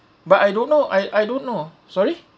but I don't know I I don't know sorry